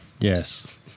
Yes